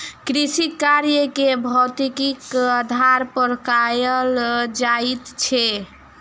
कृषिकार्य के भौतिकीक आधार पर कयल जाइत छै